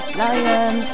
lion